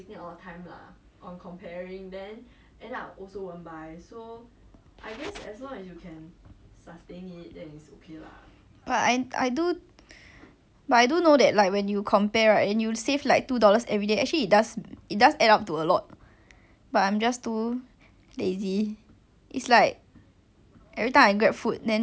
but I I do but I do know that like when you compare right and you'll save like two dollars everyday actually it does it does add up to a lot but I'm just too lazy it's like every time I grabfood then there will be a like extra five dollars spend so like in one month it'll be like extra hundred plus dollars but then I'm like okay nevermind